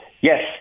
Yes